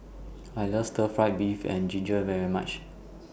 I like Stir Fry Beef and Ginger very much